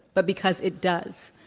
but because it does.